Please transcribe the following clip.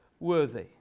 worthy